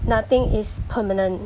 nothing is permanent